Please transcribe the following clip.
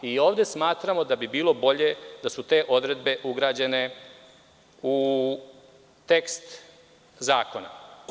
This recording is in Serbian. I ovde smatramo da bi bilo bolje da su te odredbe ugrađene u tekst zakona.